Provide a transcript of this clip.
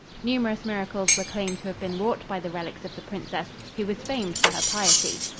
numerous miracles were claimed to have been wrought by the relics of the princess, who was famed for her piety.